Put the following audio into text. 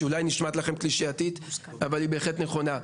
שאולי נשמעת לכם קלישאתית אבל היא בהחלט נכונה,